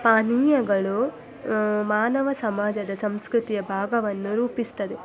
ಪಾನೀಯಗಳು ಮಾನವ ಸಮಾಜದ ಸಂಸ್ಕೃತಿಯ ಭಾವವನ್ನು ರೂಪಿಸ್ತದೆ